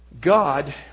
God